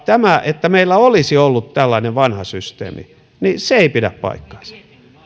tämä että meillä olisi ollut tällainen vanha systeemi ei pidä paikkaansa